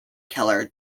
killer